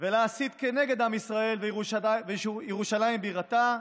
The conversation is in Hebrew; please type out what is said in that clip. ולהסית כנגד עם ישראל וירושלים בירתה,